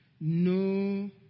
No